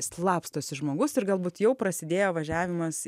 slapstosi žmogus ir galbūt jau prasidėjo važiavimas